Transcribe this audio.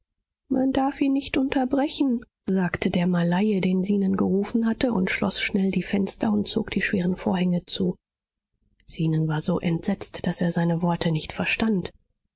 man darf ihn nicht unterbrechen sagte der malaie den zenon gerufen hatte und schloß schnell die fenster und zog die schweren vorhänge zu zenon war so entsetzt daß er seine worte nicht verstand